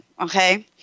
Okay